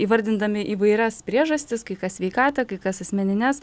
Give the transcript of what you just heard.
įvardindami įvairias priežastis kai kas sveikatą kai kas asmenines